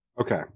Okay